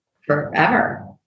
forever